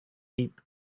heap